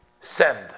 send